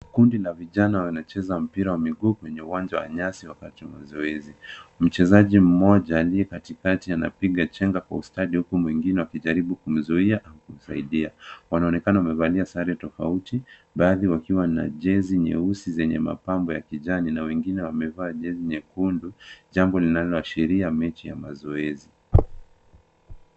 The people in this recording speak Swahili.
Kundi la vijana wanacheza mpira wa miguu kwenye uwanja wa nyasi wakati wa mazoezi. Mchezaji mmoja aliye katikati, anapiga chenga kwa ustadi huku mwingine akijaribu kumzuia au kumsaidia. Wanaonekana wamevalia sare tofauti, baadhi wakiwa na jezi nyeusi zenye mapambo ya kijani na wengine wamevaa jezi nyekundu, jambo linaloashiria mechi ya mazoezi.